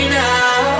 now